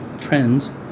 trends